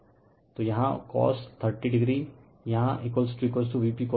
तो यह Vp तो यहाँ cos 30o यहाँ Vp cos 30o है